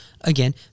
Again